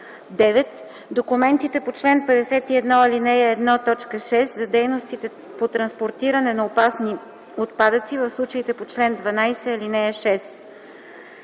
9. документите по чл. 51, ал. 1, т. 6 – за дейностите по транспортиране на опасни отпадъци в случаите по чл. 12, ал.